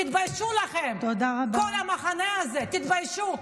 תתביישו לכם, כל המחנה הזה, תתביישו.